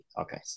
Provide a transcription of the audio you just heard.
Okay